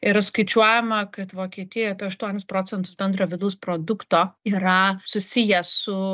ir skaičiuojama kad vokietijoj apie aštuonis procentus bendrojo vidaus produkto yra susiję su